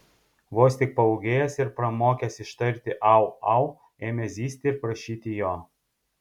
vos tik paūgėjęs ir pramokęs ištarti au au ėmė zyzti ir prašyti jo